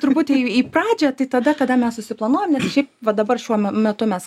truputį į į pradžią tai tada kada mes susiplanuojam nes šiaip va dabar šiuo me metu mes